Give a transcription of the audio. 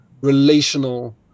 relational